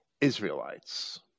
Israelites